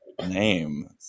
Name